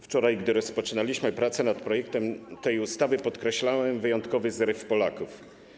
Wczoraj, gdy rozpoczynaliśmy pracę nad projektem tej ustawy, podkreślałem wyjątkowy zryw Polaków.